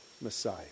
Messiah